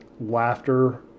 laughter